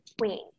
queen